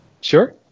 sure